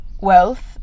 wealth